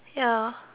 ya